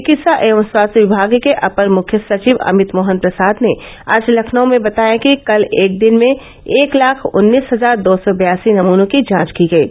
चिकित्सा एवं स्वास्थ्य विभाग के अपर मुख्य सचिव अमित मोहन प्रसाद ने आज लखनऊ में बताया कि कल एक दिन में एक लाख उन्नीस हजार दो सौ बयासी नमूनों की जांच की गयी